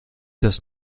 das